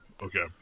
Okay